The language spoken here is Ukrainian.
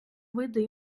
види